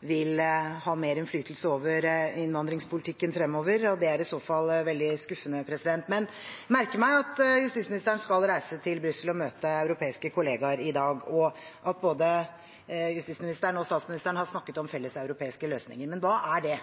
det er i så fall veldig skuffende. Men jeg merker meg at justisministeren skal reise til Brussel og møte europeiske kollegaer i dag, og at både justisministeren og statsministeren har snakket om felleseuropeiske løsninger. Men hva er det,